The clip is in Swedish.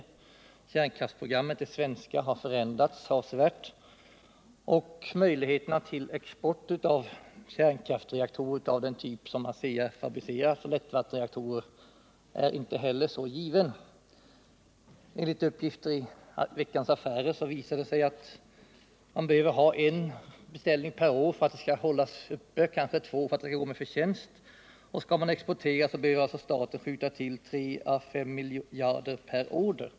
Det svenska kärnkraftsprogrammet har förändrats avsevärt och möjligheterna till export av kärnkraftsreaktorer av den typ som ASEA fabricerar, dvs. lättvattenreaktorer, är inte längre så givna. Enligt uppgifter i Veckans Affärer behöver man ha en beställning — kanske två — per år för att det skall gå med förtjänst. Skall man exportera behöver staten skjuta till 3 å 5 miljarder per order.